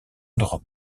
d’europe